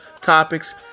topics